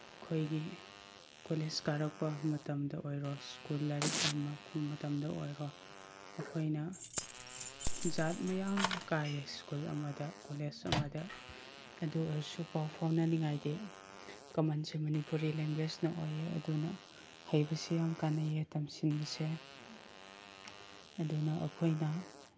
ꯑꯩꯈꯣꯏꯒꯤ ꯀꯣꯂꯦꯖ ꯀꯥꯔꯛꯄ ꯃꯇꯝꯗ ꯑꯣꯏꯔꯣ ꯁ꯭ꯀꯨꯜ ꯂꯥꯏꯔꯤꯛ ꯇꯝꯔꯛꯒꯨꯝ ꯃꯇꯝꯗ ꯑꯣꯏꯔꯣ ꯑꯩꯈꯣꯏꯅ ꯖꯥꯠ ꯃꯌꯥꯝ ꯀꯥꯏꯌꯦ ꯁ꯭ꯀꯨꯜ ꯑꯃꯗ ꯀꯣꯂꯦꯖ ꯑꯃꯗ ꯑꯗꯨ ꯑꯣꯏꯔꯁꯨ ꯄꯥꯎ ꯐꯥꯎꯅꯅꯤꯉꯥꯏꯗꯤ ꯀꯃꯟꯁꯤ ꯃꯅꯤꯄꯨꯔꯤ ꯂꯦꯡꯒ꯭ꯋꯦꯁꯅ ꯑꯣꯏꯌꯦ ꯑꯗꯨꯅ ꯍꯩꯕꯁꯤ ꯌꯥꯝꯅ ꯀꯥꯟꯅꯩꯌꯦ ꯇꯝꯁꯤꯟꯕꯁꯦ ꯑꯗꯨꯅ ꯑꯩꯈꯣꯏꯅ